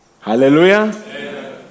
Hallelujah